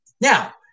Now